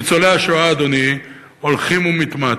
ניצולי השואה, אדוני, הולכים ומתמעטים.